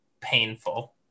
painful